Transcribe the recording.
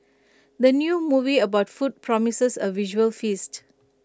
the new movie about food promises A visual feast